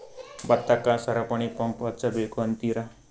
ಭತ್ತಕ್ಕ ಸರಪಣಿ ಪಂಪ್ ಹಚ್ಚಬೇಕ್ ಅಂತಿರಾ?